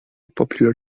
popular